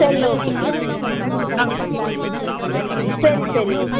சரி ஓகே ஆ சரி சரி ஓக்